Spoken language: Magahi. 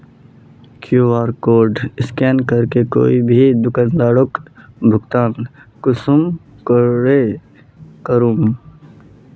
कियु.आर कोड स्कैन करे कोई भी दुकानदारोक भुगतान कुंसम करे करूम?